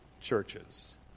churches